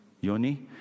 Yoni